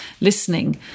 listening